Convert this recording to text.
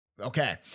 okay